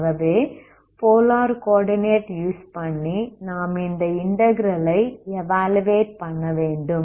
ஆகவே polar coordinate use பண்ணி நாம் இந்த இன்டகிரல் ஐ எவாலுவேட் பண்ணவேண்டும்